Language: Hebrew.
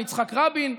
יצחק רבין,